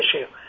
issue